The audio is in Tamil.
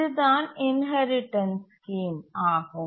இதுதான் இன்ஹெரிடன்ஸ் ஸ்கீம் ஆகும்